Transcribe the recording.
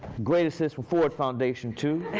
great assist from ford foundation, too.